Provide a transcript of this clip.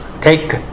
take